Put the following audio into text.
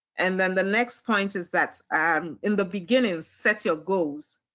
and then the next point is that um in the beginning set your goals.